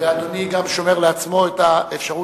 אנחנו מתחילים עם הצעות